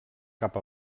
cap